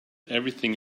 everything